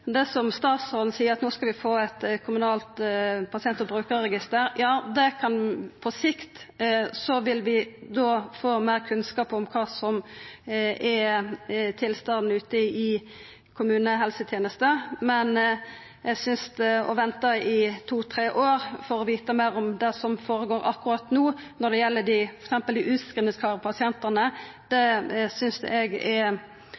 statsråden seier, er at no skal vi få eit kommunalt pasient- og brukarregister. Ja, på sikt vil vi da få meir kunnskap om kva som er tilstanden ute i kommunehelsetenesta, men eg synest at å venta i to–tre år for å få vita meir om det som føregår akkurat no når det gjeld f.eks. dei